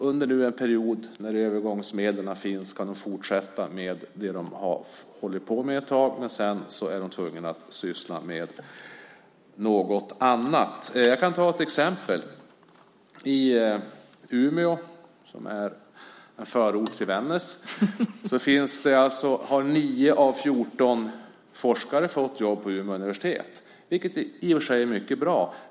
Under en övergångsperiod kan de med hjälp av de medel som finns fortsätta med det de har hållit på med, men sedan blir de tvungna att syssla med något annat. Jag kan ge ett exempel. I Umeå, en förort till Vännäs, har 9 av 14 forskare fått jobb på Umeå universitet, vilket i och för sig är bra.